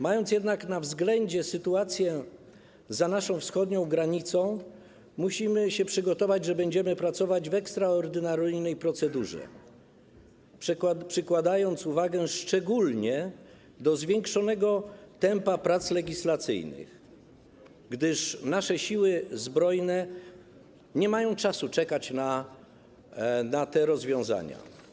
Mając jednak na względzie sytuację za naszą wschodnią granicą, musimy się przygotować, że będziemy pracować w ekstraordynaryjnej procedurze i przyłożyć wagę szczególnie do przyspieszenia tempa prac legislacyjnych, gdyż nasze siły zbrojne nie mają czasu czekać na te rozwiązania.